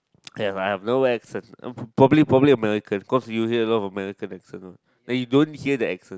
I have no accent probably probably American cause we hear a lot of American accent uh and you don't hear the accent